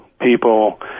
people